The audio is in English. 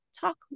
talk